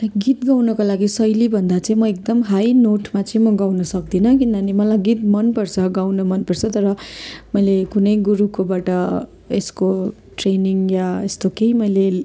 गीत गाउनको लागि शैली भन्दा चाहिँ म एकदम हाई नोटमा चाहिँ गाउन सक्दिनँ किनभने मलाई गीत मनपर्छ गाउन मनपर्छ तर मैले कुनै गुरुकोबाट यसको ट्रेनिङ या यस्तो केही मैले